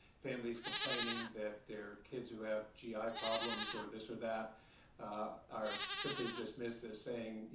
families complaining that their kids who have g i. problems or this or that are simply dismissed as saying, you